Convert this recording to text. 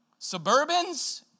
suburbans